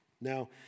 Now